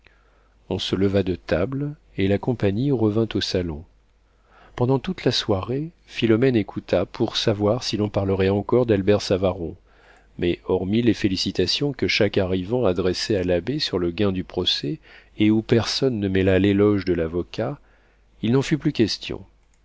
on se leva de table et la compagnie revint au salon pendant toute la soirée philomène écouta pour savoir si l'on parlerait encore d'albert savaron mais hormis les félicitations que chaque arrivant adressait à l'abbé sur le gain du procès et où personne ne mêla l'éloge de l'avocat il n'en fut plus question